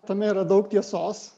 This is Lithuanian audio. tame yra daug tiesos